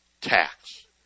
tax